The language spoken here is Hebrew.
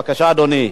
בבקשה, אדוני.